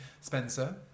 Spencer